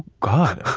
god.